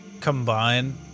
combine